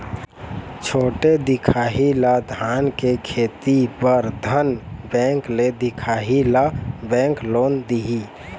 छोटे दिखाही ला धान के खेती बर धन बैंक ले दिखाही ला बैंक लोन दिही?